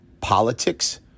politics